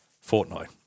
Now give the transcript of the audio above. fortnight